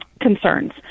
concerns